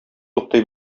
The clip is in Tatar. туктый